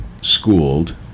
schooled